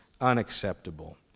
unacceptable